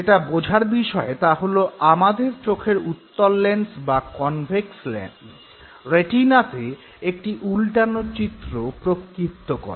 যেটা বোঝার বিষয় তা হল আমাদের চোখের উত্তল লেন্স বা কনভেক্স লেন্স রেটিনাতে একটি উলটানো চিত্র প্রক্ষিপ্ত করে